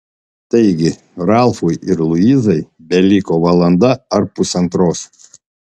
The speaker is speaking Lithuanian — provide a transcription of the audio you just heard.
taigi ralfui ir luizai beliko valanda ar pusantros